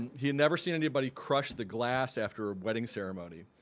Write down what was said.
he had never seen anybody crush the glass after a wedding ceremony.